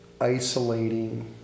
isolating